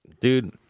dude